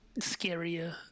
scarier